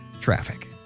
traffic